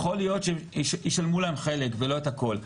יכול להיות שהם ישלמו להם חלק ולא את הכל,